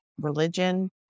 Religion